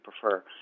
prefer